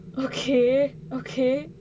okay okay